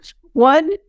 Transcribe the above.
One